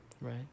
Right